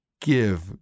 Give